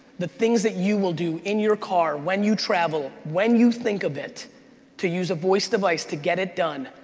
the things that you will do in your car when you travel when you think of it to use a voice device to get it done,